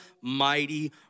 mighty